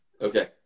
Okay